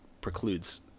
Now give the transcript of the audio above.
precludes